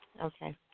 Okay